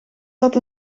dat